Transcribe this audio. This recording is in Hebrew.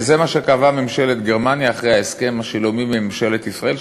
זה מה שקבעה ממשלת גרמניה אחרי הסכם השילומים עם ממשלת ישראל,